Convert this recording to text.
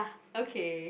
okay